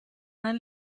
ein